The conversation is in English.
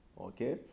okay